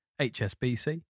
HSBC